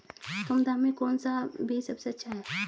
कम दाम में कौन सा बीज सबसे अच्छा है?